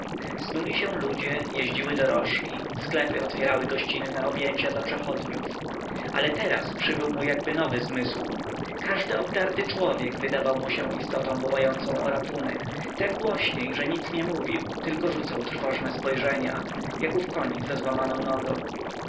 snuli się ludzie jeździły dorożki sklepy otwierały gościnne objęcia dla przechodniów ale teraz przybył mu jakby nowy zmysł każdy obdarty człowiek wydawał mu się istotą wołającą o ratunek tem głośniej że nic nie mówił tylko rzucał trwożne spojrzenia jak ów koń ze złamaną nogą